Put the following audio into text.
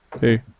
Hey